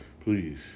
please